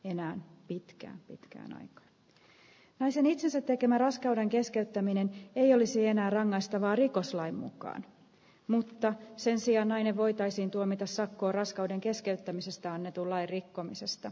enää pitkään pitkään aikaan naisen itsensä tekemä raskauden keskeyttäminen ei olisi enää rangaistava rikoslain mukaan mutta sen sijaan nainen voitaisiin tuomita sakko raskauden keskeyttämisestä annetun lain rikkomisesta